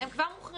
הם כבר מוחרגים.